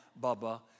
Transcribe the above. Bubba